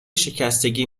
شکستگی